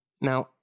Now